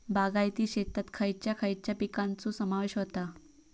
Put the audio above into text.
बागायती शेतात खयच्या खयच्या पिकांचो समावेश होता?